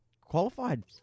qualified